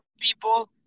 people